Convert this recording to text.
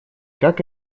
как